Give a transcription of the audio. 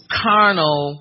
carnal